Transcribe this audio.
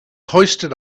hoisted